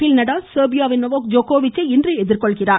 பேல் நடால் செர்பியாவின் நொவாக் ஜோகோவிச்சை இன்று எதிர்கொள்கிறார்